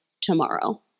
tomorrow